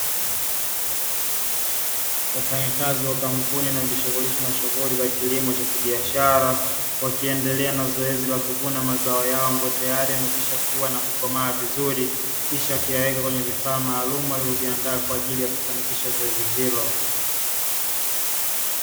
Wafanyakazi wa kampuni inayojishughulisha na shughuli za kilimo cha kibiashara, wakiendelea na zoezi la kuvuna mazao yao, ambayo tayari yamekwisha kua na kukomaa vizuri kisha wakiyaweke kwenye vifaa maalumu alivyoviandaa kwa ajili ya kufanikisha zoezi hilo.